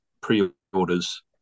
pre-orders